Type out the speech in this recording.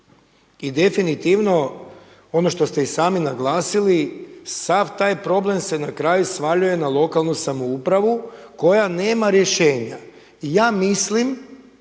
I definitivno ono što ste i sami naglasili, sav taj problem se na kraju svaljuje na lokalnu samoupravu koja nema rješenja. I ja mislim